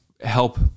help